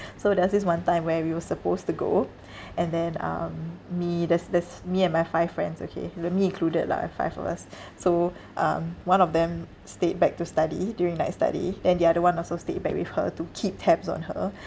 so there's this one time where we were supposed to go and then um me there's there's me and my five friends okay the me included lah uh five of us so um one of them stayed back to study during night study then the other one also stayed back with her to keep tabs on her